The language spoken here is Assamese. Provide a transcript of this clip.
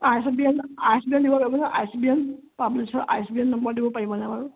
R C B N R C B N দিব লাগিব নহয় আৰ চি বি এন পাব্লিছৰ R C B N number দিব পাৰিবনে বাৰু